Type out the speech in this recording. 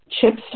chips